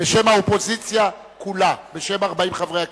בשם האופוזיציה כולה, בשם 40 חברי הכנסת.